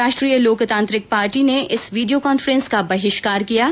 राष्ट्रीय लोकतांत्रिक पार्टी ने इस वीडियो कॉन्फ्रेंस का बहिष्कार कियाँ